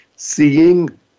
Seeing